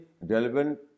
relevant